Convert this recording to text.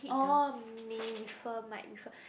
oh may refer might refer